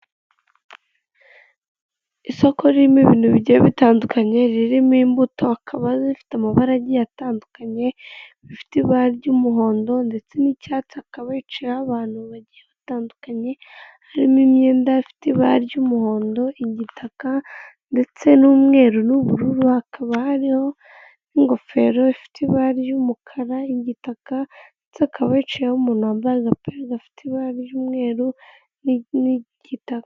Isoko ririmo ibintu bigiye bitandukanye ririmo imbuto, hakaba hari izifite amabara agiye atandukanye, zifite ibara ry'umuhondo ndetse n'icyatsi, akaba hicayeho abantu bagiye batandukanye harimo imyenda ifite ibara ry'umuhondo, igitaka, ndetse n'umweru n'ubururu hakaba hariho n'ingofero ifite ibara ry'umukara, igitaka ndetse akaba hicayeho umuntu wambaye agapira gafite ibara ry'umweru n'igitaka.